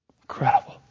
Incredible